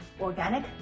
organic